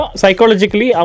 psychologically